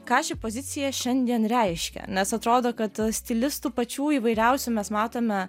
ką ši pozicija šiandien reiškia nes atrodo kad stilistų pačių įvairiausių mes matome